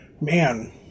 Man